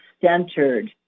centered